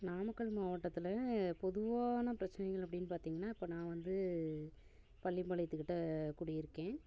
நாமக்கல் மாவட்டத்தில் பொதுவான பிரச்சனைகள் அப்படின்னு பார்த்திங்கனா இப்போ நான் வந்து பள்ளிப்பாளையத்து கிட்டே குடி இருக்கேன்